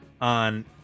on